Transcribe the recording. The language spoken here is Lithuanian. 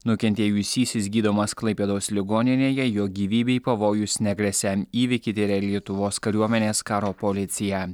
nukentėjusysis gydomas klaipėdos ligoninėje jo gyvybei pavojus negresia įvykį tiria lietuvos kariuomenės karo policija